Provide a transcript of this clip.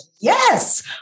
yes